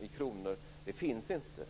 i kronor finns inte.